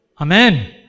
Amen